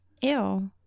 Ew